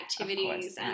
activities